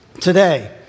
today